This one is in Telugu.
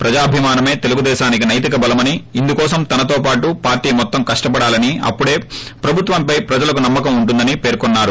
ప్రజాభిమానమే తెలుగుదేశానికి సైతిక బలమని ఇందుకోసం తనతో పాటు పార్లీ మొత్తం కష్టపడాలని అప్పుడే ప్రభుత్వంపై ప్రజలకు నమ్మకం ఉంటుందని పేర్కొన్నారు